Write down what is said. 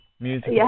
Music